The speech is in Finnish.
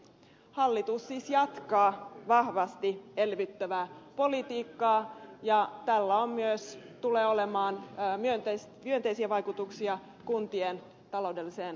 hallitus siis jatkaa vahvasti elvyttävää politiikkaa ja tällä tulee myös olemaan myönteisiä vaikutuksia kuntien taloudelliseen tilanteeseen